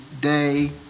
day